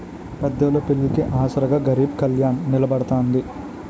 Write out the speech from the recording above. పేదోళ్ళ పెళ్లిళ్లికి ఆసరాగా గరీబ్ కళ్యాణ్ నిలబడతాన్నది